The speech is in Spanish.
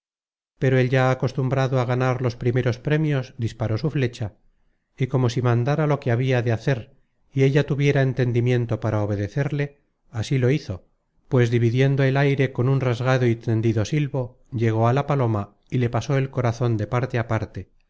pero el ya acostumbrado á ganar los primeros premios disparó su fecha y como si mandára lo que habia de hacer y ella tuviera entendimiento para obedecerle así lo hizo pues dividiendo el aire con un rasgado y tendido silbo llegó á la paloma y le pasó el corazon de parte á parte